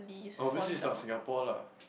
obviously this is not Singapore lah